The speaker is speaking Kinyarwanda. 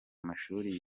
mashuri